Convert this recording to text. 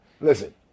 listen